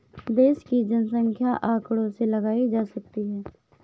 देश की जनसंख्या आंकड़ों से लगाई जा सकती है